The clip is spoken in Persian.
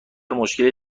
مشکلی